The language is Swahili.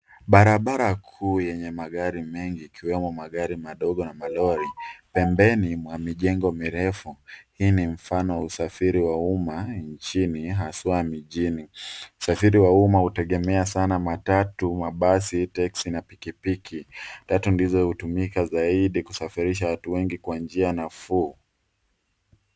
Barabara kuu yenye magari mengi ikiwemo magari madogo na malori , pembeni mwa mijengo mirefu . Hii ni mfano wa usafiri wa umma nchini hasa mijini . Usafiri wa umma hutegemea sana matatu , mabasi, teksi na pikipiki . Tatu ndizo hutumika zaidi kusafirisha wengi kwa njia nafuu .